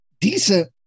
decent